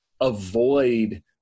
avoid